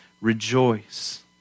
rejoice